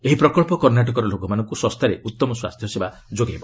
ଏହି ପ୍ରକ୍ସ କର୍ଷାଟକର ଲୋକମାନଙ୍କୁ ଶସ୍ତାରେ ଉତ୍ତମ ସ୍ୱାସ୍ଥ୍ୟସେବା ଯୋଗାଇଦେବ